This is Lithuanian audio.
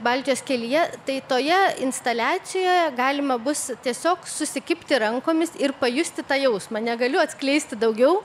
baltijos kelyje tai toje instaliacijoje galima bus tiesiog susikibti rankomis ir pajusti tą jausmą negaliu atskleisti daugiau